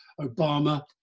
Obama